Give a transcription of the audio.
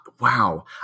Wow